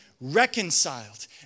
reconciled